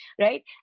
right